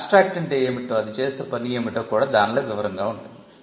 Abstract అంటే ఏమిటో అది చేసే పని ఏమిటో కూడా దానిలో వివరంగా ఉంటుంది